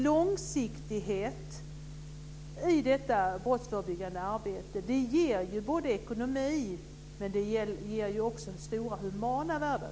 Långsiktighet i det brottsförebyggande arbetet ger ekonomi. Men det ger också stora humana värden.